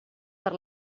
per